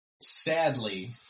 sadly